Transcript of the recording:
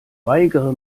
weigere